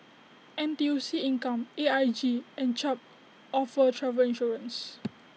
N T U C income A I G and Chubb offer travel insurance